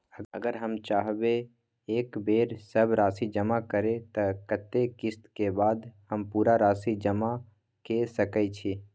अगर हम चाहबे एक बेर सब राशि जमा करे त कत्ते किस्त के बाद हम पूरा राशि जमा के सके छि?